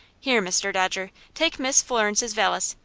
here, mr. dodger, take miss florence's valise,